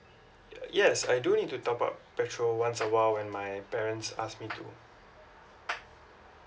yes I do need to top up petrol once a while when my parents ask me to